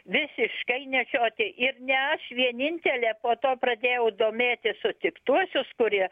visiškai nešioti ir ne aš vienintelė po to pradėjau domėtis sutiktuosius kurie